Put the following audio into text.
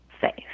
safe